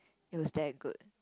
it was that good